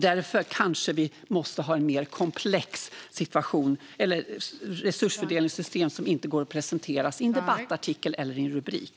Därför kanske vi måste ha ett mer komplext resursfördelningssystem som inte kan presenteras i en debattartikel eller i en rubrik.